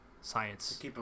science